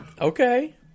Okay